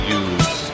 use